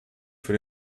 für